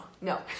No